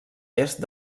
est